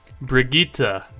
Brigitte